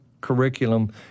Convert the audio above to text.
curriculum